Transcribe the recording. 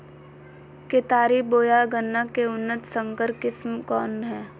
केतारी बोया गन्ना के उन्नत संकर किस्म कौन है?